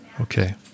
Okay